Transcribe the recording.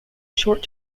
short